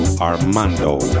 Armando